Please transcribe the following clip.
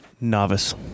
Novice